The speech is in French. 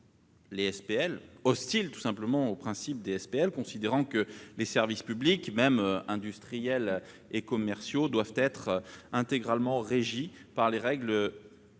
peut être hostile, tout simplement, au principe des SPL, en tenant que les services publics, même industriels et commerciaux, doivent être intégralement régis par les règles